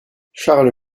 charles